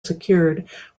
secured